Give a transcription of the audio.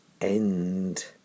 end